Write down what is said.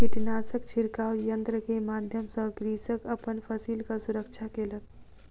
कीटनाशक छिड़काव यन्त्र के माध्यम सॅ कृषक अपन फसिलक सुरक्षा केलक